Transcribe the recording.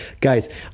Guys